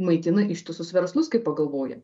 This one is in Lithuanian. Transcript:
maitina ištisus verslus kai pagalvoji